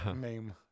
name